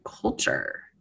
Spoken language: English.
culture